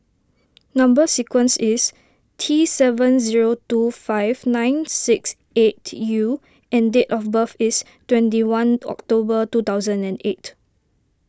Number Sequence is T seven zero two five nine six eight U and date of birth is twenty one October two thousand and eight